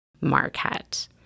Marquette